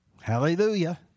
Hallelujah